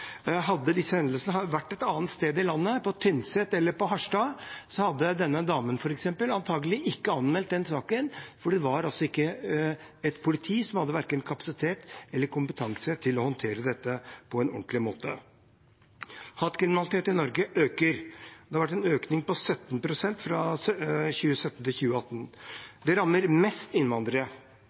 Hadde disse hendelsene skjedd et annet sted i landet – på Tynset eller i Harstad – hadde f.eks. denne damen antagelig ikke anmeldt den saken, for da ville det ikke ha vært et politi med kapasitet eller kompetanse til å håndtere dette på en ordentlig måte. Hatkriminaliteten i Norge øker. Det har vært en økning på 17 pst. fra 2017 til 2018. Det rammer mest innvandrere.